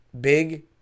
big